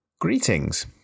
Greetings